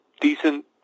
decent